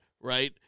right